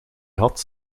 had